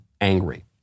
angry